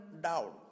down